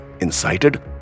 incited